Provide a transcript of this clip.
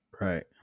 Right